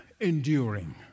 enduring